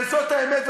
וזאת האמת,